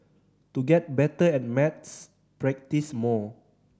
to get better at maths practise more